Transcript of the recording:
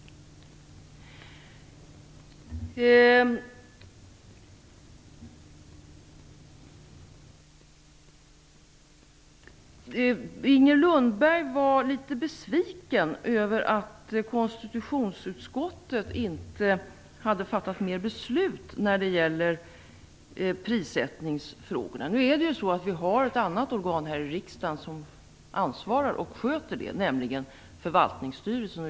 Inger Lundberg var litet besviken över att konstitutionsutskottet inte hade fattat mer avgörande beslut när det gäller prissättningsfrågorna. Vi har ett annat organ som ansvarar för och sköter dessa frågor, nämligen förvaltningsstyrelsen.